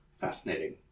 Fascinating